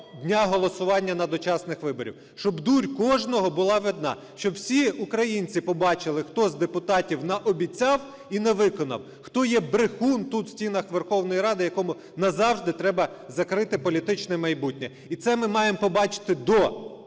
дня голосування на дочасних виборах, щоб дурь кожного була видна, щоб всі українці пробачили, хто з депутатів наобіцяв і не виконав, хто є брехун тут в стінах Верховної Ради, якому назавжди треба закрити політичне майбутнє. І це ми маємо побачити до